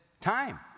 time